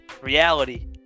reality